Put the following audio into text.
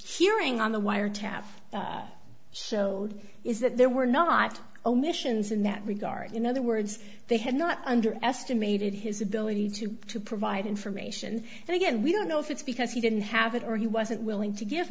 hearing on the wiretap showed is that there were not omissions in that regard in other words they had not underestimated his ability to to provide information and again we don't know if it's because he didn't have it or he wasn't willing to give